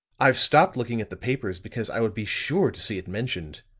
i've stopped looking at the papers, because i would be sure to see it mentioned.